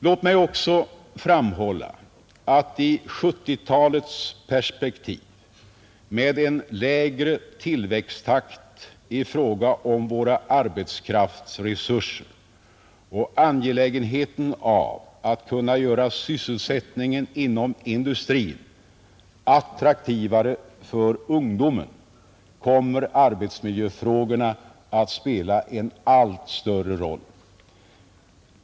Låt mig också framhålla att i 1970-talets perspektiv, med en lägre tillväxttakt i fråga om våra arbetskraftsresurser och angelägenheten av att kunna göra sysselsättningen inom industrin attraktivare för ungdomen, kommer arbetsmiljöfrågorna att spela en allt större roll.